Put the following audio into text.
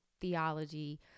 theology